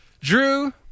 Drew